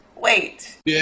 wait